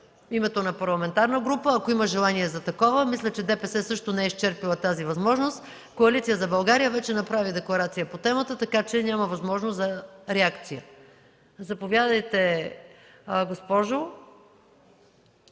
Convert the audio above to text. името на парламентарна група, ако има желание за такова. Мисля, че ДПС също не е изчерпала тази възможност, а Коалиция за България вече направи декларация по темата, така че няма възможност за реакция. (Реплики.)